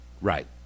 Right